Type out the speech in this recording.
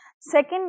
Second